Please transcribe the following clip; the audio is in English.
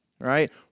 right